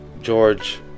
George